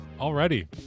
already